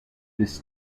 this